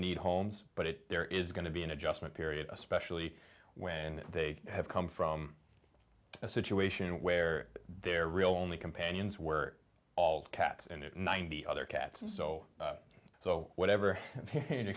need homes but there is going to be an adjustment period especially when they have come from a situation where their real only companions were all cats and ninety other cats so so whatever